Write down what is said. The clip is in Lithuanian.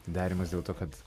darymas dėl to kad